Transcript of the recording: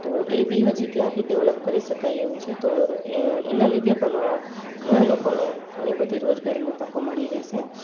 તો એ બી હજી ત્યાં બી ડેવલપ કરી શકાય એવું છે તો એ એના લીધે પણ ઘણા લોકોને ઘણી બધી રોજગારીની તકો મળી રહેશે